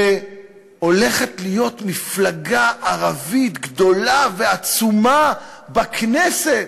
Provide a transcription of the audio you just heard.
שהולכת להיות מפלגה ערבית גדולה ועצומה בכנסת,